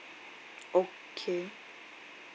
okay